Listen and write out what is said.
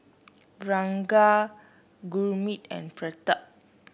Ranga Gurmeet and Pratap